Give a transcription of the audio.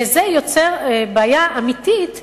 וזה יוצר בעיה אמיתית שלנו,